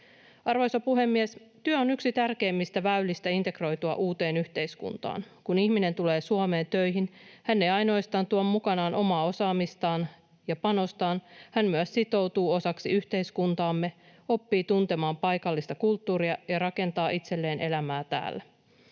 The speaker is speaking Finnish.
Arvoisa puhemies! Työ on yksi tärkeimmistä väylistä integroitua uuteen yhteiskuntaan. Kun ihminen tulee Suomeen töihin, hän ei ainoastaan tuo mukanaan omaa osaamistaan ja panostaan, hän myös sitoutuu osaksi yhteiskuntaamme, oppii tuntemaan paikallista kulttuuria ja rakentaa itselleen elämää täällä.